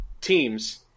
teams